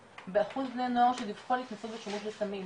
באחוז בני הנוער שדיווחו על התנסות בשימוש בסמים,